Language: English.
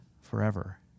forever